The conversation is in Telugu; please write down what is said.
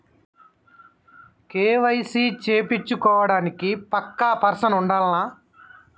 కే.వై.సీ చేపిచ్చుకోవడానికి పక్కా పర్సన్ ఉండాల్నా?